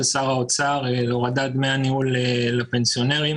שר האוצר להורדת דמי הניהול לפנסיונרים.